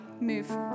move